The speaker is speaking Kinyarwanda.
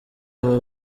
aba